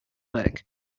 work